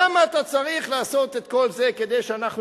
למה אתה צריך לעשות את כל זה כדי שאנחנו